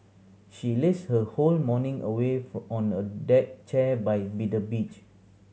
she lazed her whole morning away on a deck chair by be the beach